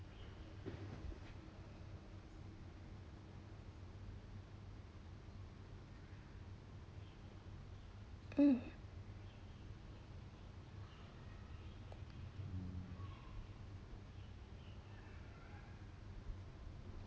um